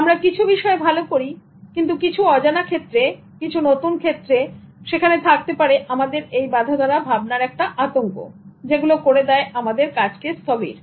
আমরা কিছু বিষয়ে ভালো করি কিন্তু কিছু অজানা ক্ষেত্রে কিছু নতুন ক্ষেত্রে সেখানে থাকতে পারে আমাদের এই বাঁধাধরা ভাবনার আতঙ্ক যেগুলো করে দেবে আমাদের কাজকে স্থবির